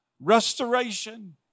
Restoration